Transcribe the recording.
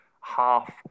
half